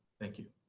thank you.